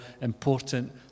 important